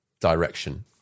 direction